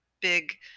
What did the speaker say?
big